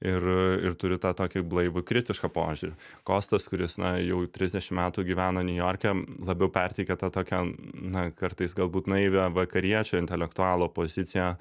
ir ir turi tą tokį blaivų kritišką požiūrį kostas kuris na jau trisdešim metų gyvena niujorke labiau perteikia tą tokią na kartais galbūt naivią vakariečio intelektualo poziciją